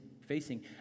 facing